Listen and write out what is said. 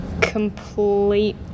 complete